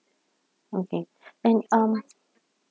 okay and um